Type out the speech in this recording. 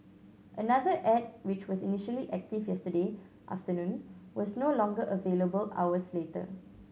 another ad which was initially active yesterday afternoon was no longer available hours later